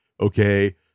okay